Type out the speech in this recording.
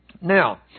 Now